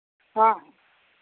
ହଁ